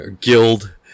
Guild